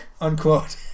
unquote